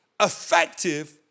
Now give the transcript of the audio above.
effective